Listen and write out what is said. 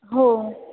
हो